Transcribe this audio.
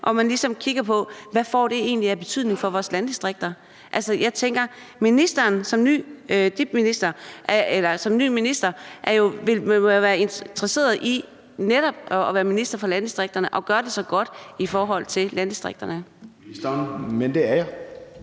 ligesom kigger på, hvad det egentlig får af betydning for vores landdistrikter? Altså, jeg tænker, at ministeren som ny minister jo vil være interesseret i netop at være minister for landdistrikterne og gøre det så godt som muligt i forhold til landdistrikterne. Kl.